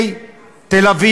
מפשע.